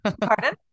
pardon